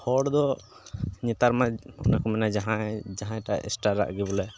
ᱦᱚᱲ ᱫᱚ ᱱᱮᱛᱟᱨ ᱢᱟ ᱚᱱᱮ ᱠᱚ ᱢᱮᱱᱟ ᱡᱟᱦᱟᱸᱭ ᱡᱟᱦᱟᱸᱭ ᱴᱟᱜ ᱥᱴᱟᱨᱟᱜ ᱜᱮ ᱵᱚᱞᱮ